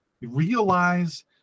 realize